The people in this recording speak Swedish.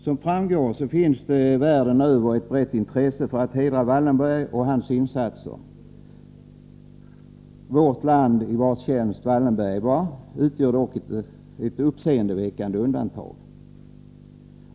Som framgår finns det världen över ett brett intresse för att hedra Wallenberg och hans insatser. Vårt land, i vars tjänst Wallenberg var, utgör dock ett uppseendeväckande undantag.